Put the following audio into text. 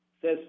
says